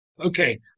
Okay